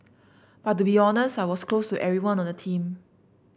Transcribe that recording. but to be honest I was close to everyone on the team